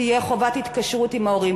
תהיה חובת התקשרות עם ההורים.